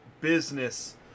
business